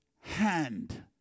hand